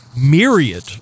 myriad